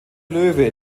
löwe